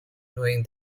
knowing